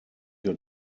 your